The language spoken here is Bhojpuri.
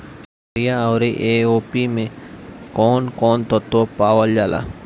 यरिया औरी ए.ओ.पी मै कौवन कौवन तत्व पावल जाला?